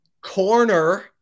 Corner